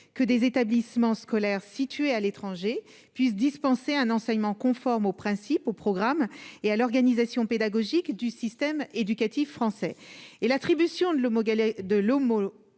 que des établissements scolaires situés à l'étranger puisse dispenser un enseignement conforme aux principes au programme et à l'organisation pédagogique du système éducatif français et l'attribution de l'Omo galets de